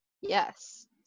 Yes